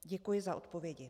Děkuji za odpovědi.